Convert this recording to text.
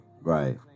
Right